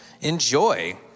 Enjoy